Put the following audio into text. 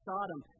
Sodom